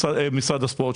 משרד הספורט,